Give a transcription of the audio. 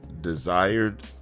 desired